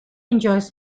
enjoys